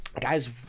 Guys